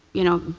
you know,